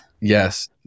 Yes